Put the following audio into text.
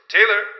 Taylor